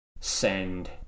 send